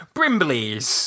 Brimbleys